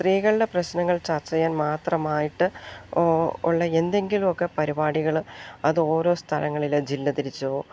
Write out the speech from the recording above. സ്ത്രീകളുടെ പ്രശ്നങ്ങൾ ചർച്ച ചെയ്യാൻ മാത്രമായിട്ടുള്ള എന്തെങ്കിലുമൊക്കെ പരിപാടികൾ അത് ഓരോ സ്ഥലങ്ങളിലെ ജില്ല തിരിച്ചോ